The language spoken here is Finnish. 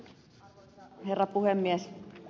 arvoisa herra puhemies